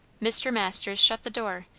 mr. masters shut the door,